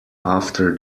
after